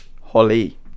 Holly